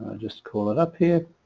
just call it up here